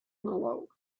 malo